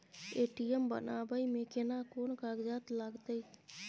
ATM बनाबै मे केना कोन कागजात लागतै?